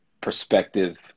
perspective